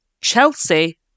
Chelsea